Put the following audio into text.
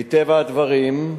מטבע הדברים,